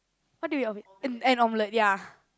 what do we and and omelette ya